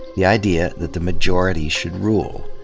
the idea that the majority should rule.